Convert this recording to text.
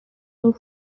این